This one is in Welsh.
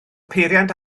peiriant